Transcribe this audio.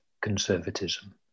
conservatism